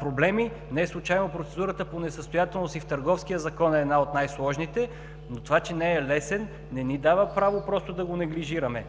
проблеми. Неслучайно процедурата по несъстоятелност и в Търговския закон е една от най-сложните. Това, че не е лесен, не ни дава право да го неглижираме.